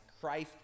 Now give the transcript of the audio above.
christ